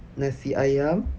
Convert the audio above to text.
nasi ayam